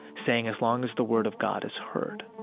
saying, as long as the word of god is heard,